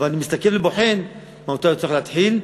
אבל אני מסתכל ובוחן מתי הוא צריך להתחיל,